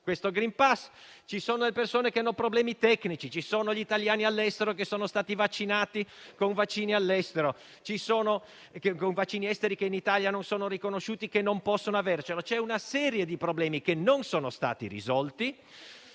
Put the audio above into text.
questo *green pass*. Ci sono persone che hanno problemi tecnici; ci sono gli italiani all'estero che sono stati vaccinati con vaccini esteri che in Italia non sono riconosciuti e che non possono averlo; c'è una serie di problemi che non sono stati risolti.